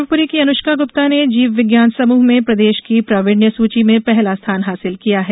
शिवपुरी की अनुष्का गुप्ता ने जीव विज्ञान समूह में प्रदेश की प्रावीण्य सूची में पहला स्थान हासिल किया है